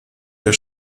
der